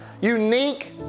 unique